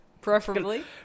preferably